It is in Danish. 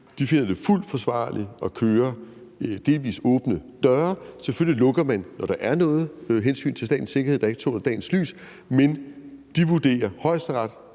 de finder det fuldt forsvarligt at køre delvis åbne døre; selvfølgelig lukker man, når der er noget hensyn til statens sikkerhed, der ikke tåler dagens lys. Men Højesteret,